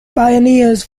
pioneers